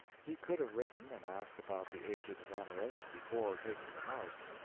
he could have written and asked about the aged zonoras before taking the house.